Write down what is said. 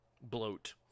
bloat